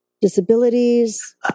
disabilities